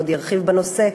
עוד ירחיב בנושא,